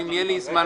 אם יהיה לי זמן,